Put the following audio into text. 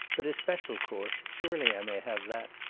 but a special course. surely i may have that.